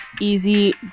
Easy